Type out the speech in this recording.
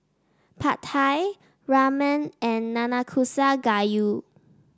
Pad Thai Ramen and Nanakusa Gayu